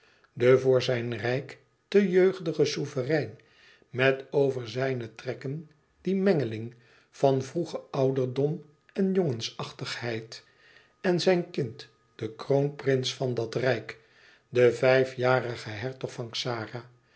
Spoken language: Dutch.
de voor zijn rijk te jeugdige souverein met over zijne trekken die mengeling van vroegen ouderdom en jongensachtigheid en zijn kind de kroonprins van dat rijk de vijfjarige hertog van